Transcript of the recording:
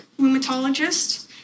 rheumatologist